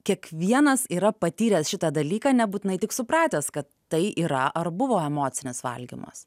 kiekvienas yra patyręs šitą dalyką nebūtinai tik supratęs kad tai yra ar buvo emocinis valgymas